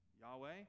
Yahweh